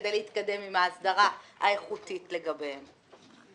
כדי להתקדם עם ההסדרה האיכותית לגביהם.